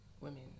women